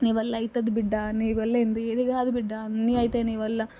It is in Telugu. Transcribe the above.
నీ వల్ల అవుతుంది బిడ్డా నీవల్ల ఎందుకు ఏది కాదు బిడ్డా అన్ని అయితే నీ వల్ల